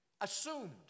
assumed